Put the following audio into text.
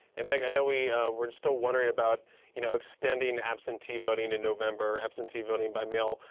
and meg, i know we're we're still wondering about you know extending absentee voting in november, absentee voting by mail.